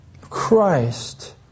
Christ